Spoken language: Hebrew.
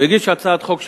ומגיש הצעת חוק,